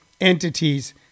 entities